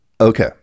Okay